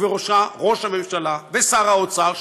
ובראשה ראש הממשלה ושר האוצר,